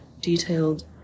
detailed